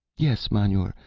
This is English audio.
yes, manure,